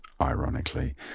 Ironically